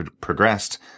progressed